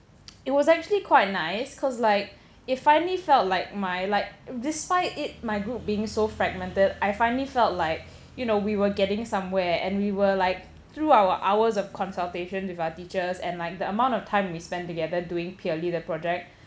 it was actually quite nice cause like it finally felt like my like despite it my group being so fragmented I finally felt like you know we were getting somewhere and we were like through our hours of consultation with our teachers and like the amount of time we spend together doing purely the project